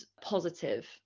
positive